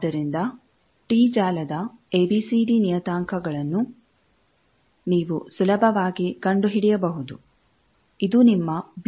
ಆದ್ದರಿಂದ ಟೀ ಜಾಲದ ಎಬಿಸಿಡಿ ನಿಯತಾಂಕಗಳನ್ನು ನೀವು ಸುಲಭವಾಗಿ ಕಂಡುಹಿಡಿಯಬಹುದು ಇದು ನಿಮ್ಮ ಬಿ